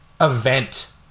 event